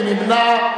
מי נמנע?